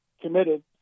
committed